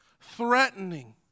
threatening